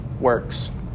works